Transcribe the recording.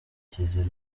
kizira